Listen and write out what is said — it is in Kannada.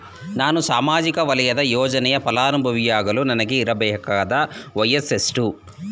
ನಾನು ಸಾಮಾಜಿಕ ವಲಯದ ಯೋಜನೆಯ ಫಲಾನುಭವಿಯಾಗಲು ನನಗೆ ಇರಬೇಕಾದ ವಯಸ್ಸುಎಷ್ಟು?